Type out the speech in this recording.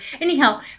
anyhow